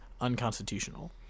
unconstitutional